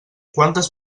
quantes